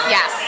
Yes